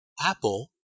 apple